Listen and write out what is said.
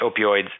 opioids